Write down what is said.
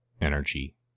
energy